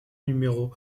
numéro